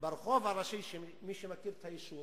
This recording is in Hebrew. ברחוב הראשי, למי שמכיר את היישוב,